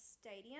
stadium